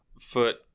foot